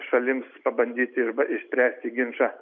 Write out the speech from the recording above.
šalims pabandyti arba išspręsti ginčą